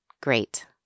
Great